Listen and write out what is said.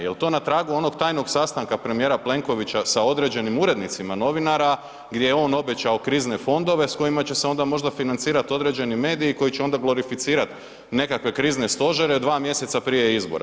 Jel to na tragu onog tajnog sastanka premijera Plenkovića sa određenim urednicima novinara gdje je on obećao krizne fondove s kojima će se onda možda financirat određeni mediji koji će onda glorificirat nekakve krizne stožere dva mjeseca prije izbora.